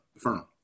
firm